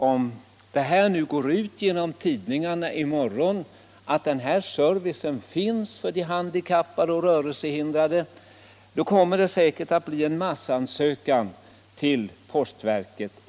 Om det nu sprids genom tidningarna i morgon att denna service finns för de handikappade och rörelsehindrade kommer det säkert att bli en massansökan till postverket.